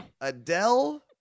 Adele